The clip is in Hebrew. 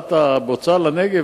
הסעת הבוצה לנגב,